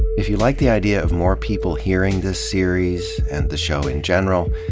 if you like the idea of more people hearing this series, and the show in general,